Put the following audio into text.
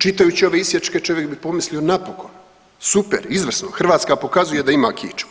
Čitajući ove isječke čovjek bi pomislio napokon, super, izvrsno, Hrvatska pokazuje da ima kičmu,